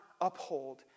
uphold